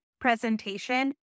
presentation